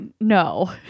No